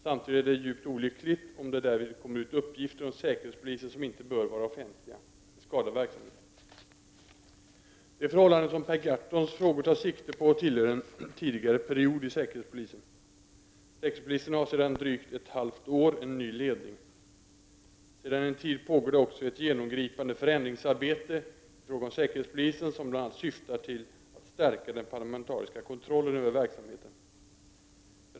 Samtidigt är det djupt olyckligt om det därvid kommer ut uppgifter om säkerhetspolisen som inte bör vara offentliga. Det skadar verksamheten. De förhållanden som Per Gahrtons frågor tar sikte på tillhör en tidigare period inom säkerhetspolisen. Säkerhetspolisen har sedan drygt ett halvt år en ny ledning. Sedan en tid pågår det också ett genomgripande förändringsarbete i fråga om säkerhetspolisen som bl.a. syftar till att stärka den parlamentariska kontrollen över verksamheten.